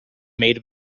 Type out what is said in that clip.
made